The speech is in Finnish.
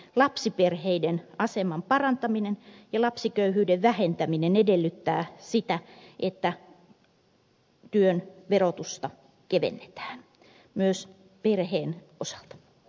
lapsiperheiden aseman parantaminen ja lapsiköyhyyden vähentäminen edellyttävät sitä että työn verotusta kevennetään myös perheen osalta